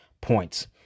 points